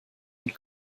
und